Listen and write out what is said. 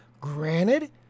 Granted